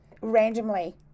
randomly